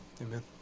amen